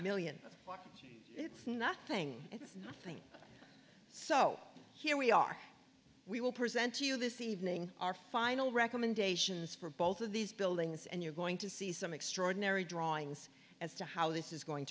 million it's nothing so here we are we will present to you this evening our final recommendations for both of these buildings and you're going to see some extraordinary drawings as to how this is going